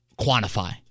quantify